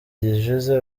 gishize